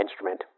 instrument